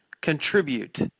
contribute